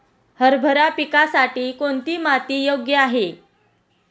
हरभरा पिकासाठी कोणती माती योग्य आहे?